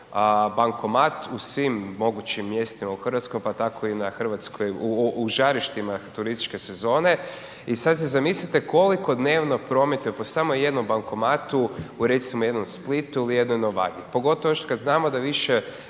bankomat u svim mogućim mjestima u RH, pa tako i na hrvatskoj, u žarištima turističke sezone i sad se zamislite koliko dnevno prometuju po samo jednom bankomatu u recimo jednom Splitu ili u jednoj Novalji, pogotovo još kad znamo da više